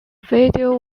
video